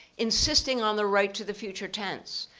insisting on the right to the future tense.